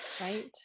right